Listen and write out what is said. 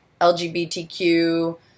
LGBTQ